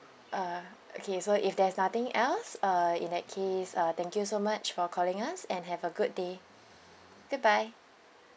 uh okay so if there's nothing else uh in that case uh thank you so much for calling us and have a good day goodbye